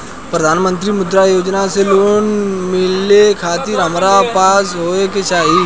प्रधानमंत्री मुद्रा योजना से लोन मिलोए खातिर हमरा पास का होए के चाही?